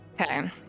Okay